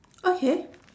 okay